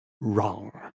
wrong